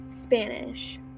spanish